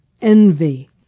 envy